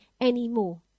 anymore